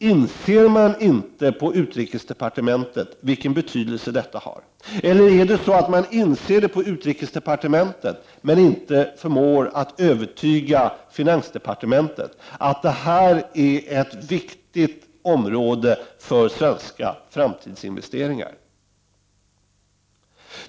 Inser man inte på utrikesdepartementet vilken betydelse detta har, eller inser man det på utrikesdepartementet men inte förmår att övertyga finansdepartementet om att det här är ett viktigt område för svenska framtidsinvesteringar?